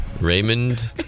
Raymond